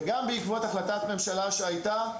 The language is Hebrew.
וגם בעקבות החלטת ממשלה שהיתה,